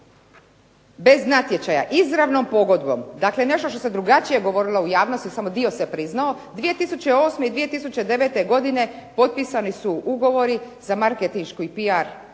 bez natječaja izravnom pogodbom, dakle nešto što se drugačije govorilo u javnosti, samo dio se priznao, 2008. i 2009. godine potpisani su ugovori za marketinšku i PR